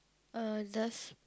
oh does